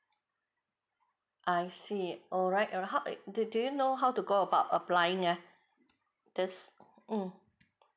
I see alright uh how it do do you know how to go about applying ah this mm